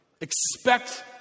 Expect